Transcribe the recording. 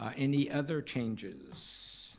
ah any other changes?